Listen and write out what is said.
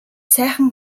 сайхан